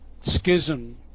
schism